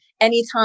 Anytime